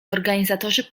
organizatorzy